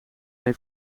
mee